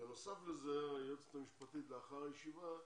בנוסף לכך, היועצת המשפטית, לאחר הישיבה,